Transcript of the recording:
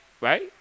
Right